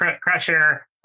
Crusher